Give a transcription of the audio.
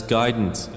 guidance